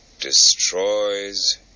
destroys